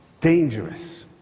Dangerous